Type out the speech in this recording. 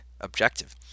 objective